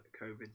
covid